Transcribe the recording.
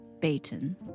Baton